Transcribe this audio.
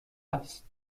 است